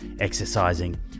exercising